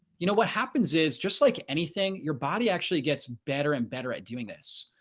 you know what happens is just like anything your body actually gets better and better at doing this.